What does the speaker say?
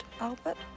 Albert